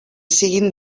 siguin